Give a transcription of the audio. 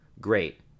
Great